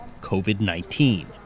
COVID-19